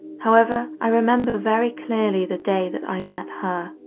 however, i remember very clearly the day that i met her.